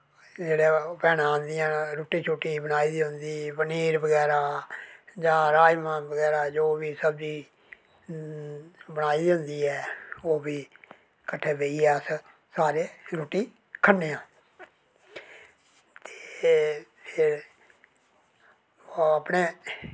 जेह्ड़ा भैनां औंदियां न रुट्टी बनाइयै उं'दी पनीर बगैरा जां राजमांह् बगैरा जो बी सब्ज़ी बनाई दी होंदी ऐ ओह्बी किट्ठे बेहियै अस सारे रुट्टी खन्ने आं ते ओह् अपने